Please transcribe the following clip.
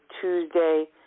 Tuesday